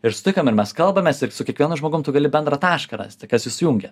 ir sutikom ir mes kalbamės ir su kiekvienu žmogum tu gali bendrą tašką rasti kas jus jungia